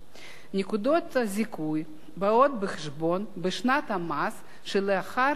נקודות הזיכוי באות בחשבון בשנת המס שלאחר שנת